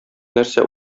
нәрсә